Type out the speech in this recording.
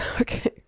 Okay